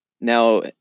now